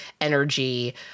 energy